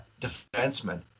defenseman